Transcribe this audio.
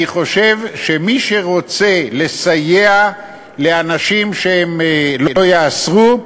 אני חושב שמי שרוצה לסייע לאנשים, שהם לא ייאסרו,